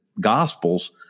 Gospels